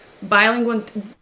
bilingual